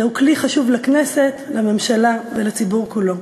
זהו כלי חשוב לכנסת, לממשלה ולציבור כולו.